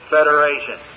Federation